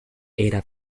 era